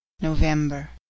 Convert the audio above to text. November